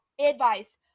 advice